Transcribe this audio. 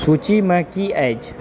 सूचीमे की अछि